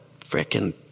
frickin